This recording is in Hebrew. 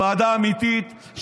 ועדה האמיתית,